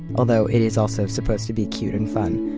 although it is also supposed to be cute and fun.